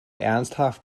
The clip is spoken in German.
ernsthaft